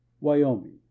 Wyoming